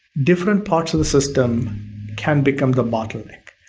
different parts of the system can become the bottleneck